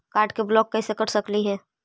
Card के block कैसे कर सकली हे?